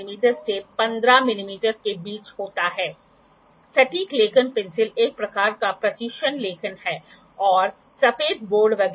दो बड़े एंगलों के बीच के अंतर के रूप में उन्हें एक छोटा एंगल बनाने के लिए घटाया जा सकता है